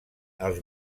els